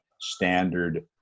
standard